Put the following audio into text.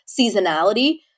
seasonality